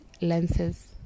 lenses